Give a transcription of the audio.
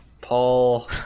Paul